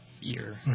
year